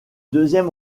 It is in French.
deuxième